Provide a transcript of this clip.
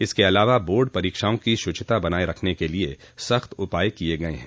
इसके अलावा बोर्ड परीक्षाओं की शूचिता बनाये रखने के लिए सख्त उपाय किये गये हैं